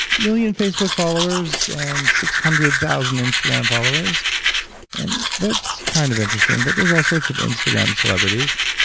million facebook followers and six hundred thousand instagram followers and that's kind of interesting, but there's all sorts of instagram celebrities.